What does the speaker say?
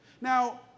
Now